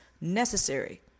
Necessary